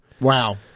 Wow